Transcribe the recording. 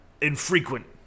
infrequent